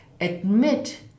admit